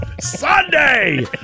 Sunday